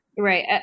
Right